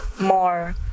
more